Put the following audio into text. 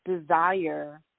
desire